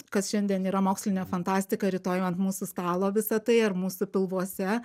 kas šiandien yra mokslinė fantastika rytoj ant mūsų stalo visa tai ar mūsų pilvuose